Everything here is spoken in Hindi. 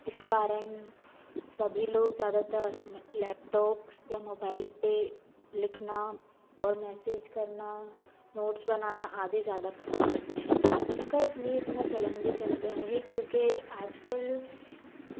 इस कारण सभी लोग ज़्यादातर लैपटॉप या मोबाइल पर लिखना और मैसेज करना नोट्स बनाना आदि ज़्यादा पसंद करते हैं इसका इस लिए इतना चलन भी चल गया है क्योंकि आज कल